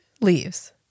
Leaves